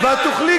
די,